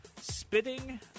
Spitting